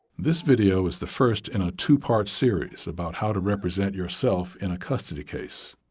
this video is the first in a two-part series about how to represent yourself in a custody case.